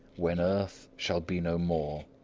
when earth shall be no more,